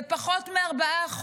זה פחות מ-4%.